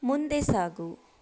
ಮುಂದೆ ಸಾಗು